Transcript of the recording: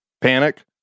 Panic